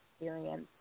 experience